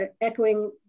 echoing